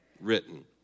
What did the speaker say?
written